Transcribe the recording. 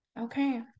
Okay